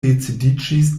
decidiĝis